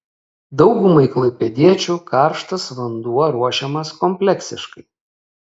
daugumai klaipėdiečių karštas vanduo ruošiamas kompleksiškai